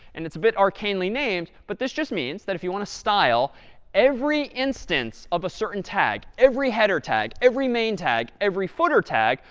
and it's a bit arcanely named, but this just means that if you want to style every instance of a certain tag, every header tag, every main tag, every footer tag,